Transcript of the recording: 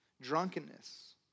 Drunkenness